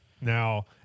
Now